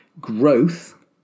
growth